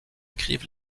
écrivent